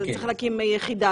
צריך להקים יחידה,